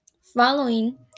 Following